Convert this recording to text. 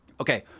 Okay